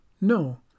No